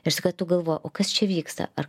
ir sakau tu galvoji o kas čia vyksta ar